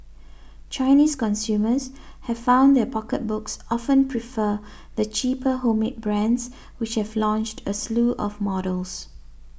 Chinese consumers have found their pocketbooks often prefer the cheaper homemade brands which have launched a slew of models